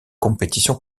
compétitions